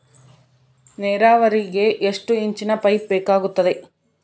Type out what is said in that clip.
ನೇರಾವರಿಗೆ ಎಷ್ಟು ಇಂಚಿನ ಪೈಪ್ ಬೇಕಾಗುತ್ತದೆ?